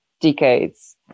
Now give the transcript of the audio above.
decades